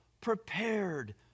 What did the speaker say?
prepared